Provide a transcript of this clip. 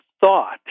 thought